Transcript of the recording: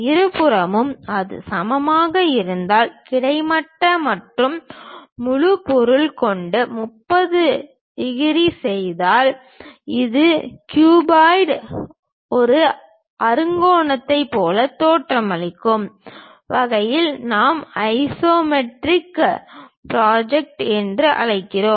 இருபுறமும் அது சமமாக இருந்தால் கிடைமட்ட மற்றும் முழு பொருளைக் கொண்டு 30 டிகிரி செய்தால் ஒரு க்யூபாய்டு ஒரு அறுகோணத்தைப் போல தோற்றமளிக்கும் வகையில் நாம் ஐசோமெட்ரிக் ப்ராஜெக்ட் என்று அழைக்கிறோம்